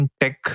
tech